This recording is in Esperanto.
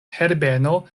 herbeno